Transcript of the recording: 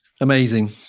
amazing